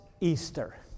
Easter